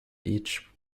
each